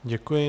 Děkuji.